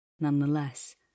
nonetheless